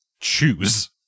Choose